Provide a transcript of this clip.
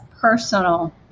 personal